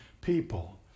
people